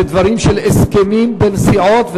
זה דברים של הסכמים בין סיעות,